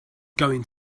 going